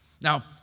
Now